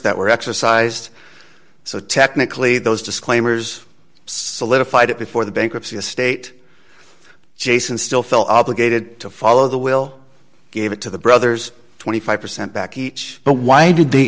that were exercised so technically those disclaimers solidified before the bankruptcy estate jason still felt obligated to follow the will gave it to the brothers twenty five percent back each but why did they